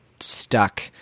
stuck